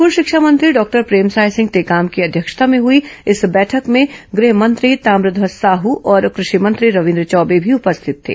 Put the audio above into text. school शिक्षा मंत्री doctor Premsai Singh Tekam की अध्यक्षता में हुई इस बैठक में गृह मंत्री ताम्रध्वज साहू और कृषि मंत्री रविन्द्र चौबे भी उपस्थित थे